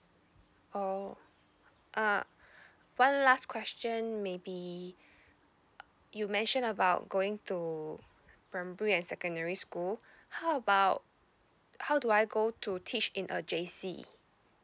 oh uh one last question maybe you mention about going to primary and secondary school how about how do I go to teach in a J_C